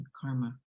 karma